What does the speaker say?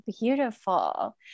Beautiful